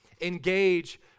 engage